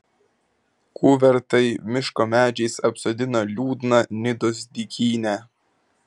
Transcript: kuvertai miško medžiais apsodino liūdną nidos dykynę